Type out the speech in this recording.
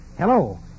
Hello